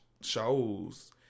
shows